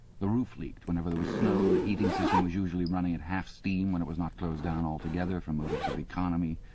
the roof leaked whenever there was snow, the heating system was usually running at half steam when it was not closed down altogether from motives of economy.